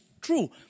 true